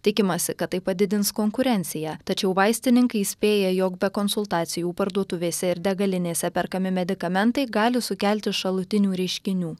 tikimasi kad tai padidins konkurenciją tačiau vaistininkai įspėja jog be konsultacijų parduotuvėse ir degalinėse perkami medikamentai gali sukelti šalutinių reiškinių